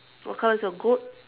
what color is your goat